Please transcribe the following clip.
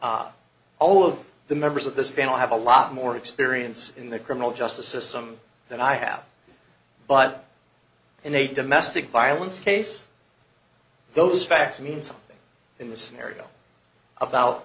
all of the members of this family have a lot more experience in the criminal justice system than i have but in a domestic violence case those facts means in this scenario about